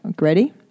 Ready